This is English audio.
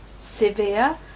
severe